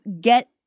get